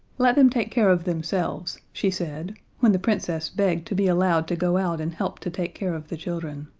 let them take care of themselves, she said, when the princess begged to be allowed to go out and help to take care of the children.